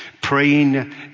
praying